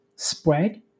Spread